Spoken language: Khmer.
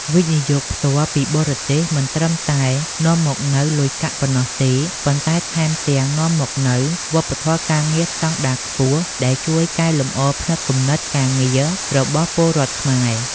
វិនិយោគផ្ទាល់ពីបរទេស មិនត្រឹមតែនាំមកនូវលុយកាក់ប៉ុណ្ណោះទេ ប៉ុន្តែថែមទាំងនាំមកនូវ "វប្បធម៌ការងារស្ដង់ដារខ្ពស់" ដែលជួយកែលម្អផ្នត់គំនិតការងាររបស់ពលរដ្ឋខ្មែរ។